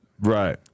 Right